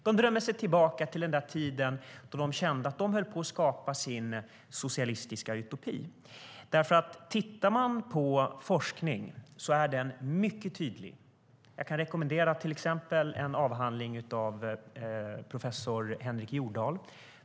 De drömmer sig tillbaka till den där tiden då de kände att de höll på att skapa sin socialistiska utopi. Om man tittar på forskningen är den mycket tydlig. Jag kan till exempel rekommendera en avhandling från 2008 av professor Henrik Jordahl.